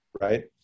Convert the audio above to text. right